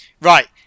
right